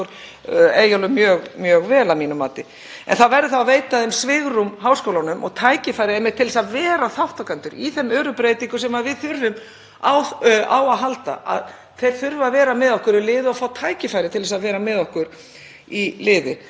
á að halda. Þeir þurfa að vera með okkur í liði og fá tækifæri til að vera með okkur í liði. Það er náttúrlega búið að vera dásamlegt að fylgjast með þróuninni hjá Háskólanum á Akureyri sem var stofnaður fyrir rúmum 30 árum,